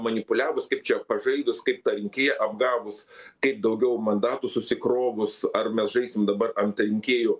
manipuliavus kaip čia pažaidus kaip tą rinkėją apgavus kaip daugiau mandatų susikrovus ar mes žaisim dabar ant rinkėjų